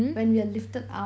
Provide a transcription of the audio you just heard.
when we are lifted up